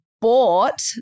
bought